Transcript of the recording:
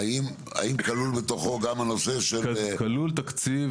האם כלול בתוכו גם הנושא של --- כלול תקציב